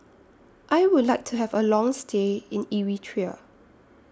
I Would like to Have A Long stay in Eritrea